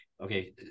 Okay